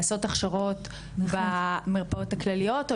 לעשות הכשרות במרפאות הכלליות,